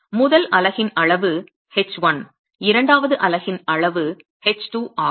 முதல் அலகின் அளவு h1 இரண்டாவது அலகின் அளவு h2 ஆகும்